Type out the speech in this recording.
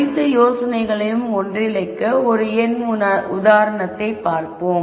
அனைத்து யோசனைகளையும் ஒன்றிணைக்க ஒரு எண் உதாரணத்தைப் பார்ப்போம்